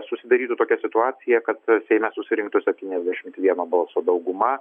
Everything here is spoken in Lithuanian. susidarytų tokia situacija kad seime susirinktų septyniasdešimt vieno balso dauguma